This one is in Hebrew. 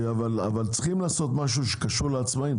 צריך לעשות משהו שקשור לעצמאים,